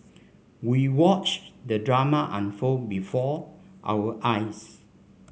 we watched the drama unfold before our eyes